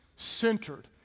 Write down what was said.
centered